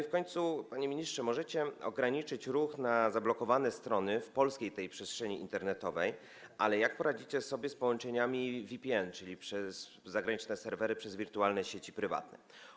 W końcu, panie ministrze, możecie ograniczyć ruch na zablokowanych stronach w polskiej przestrzeni internetowej, ale jak poradzicie sobie z połączeniami VPN, czyli przez zagraniczne serwery, przez wirtualne sieci prywatne?